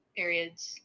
periods